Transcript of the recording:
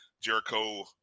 Jericho